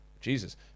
Jesus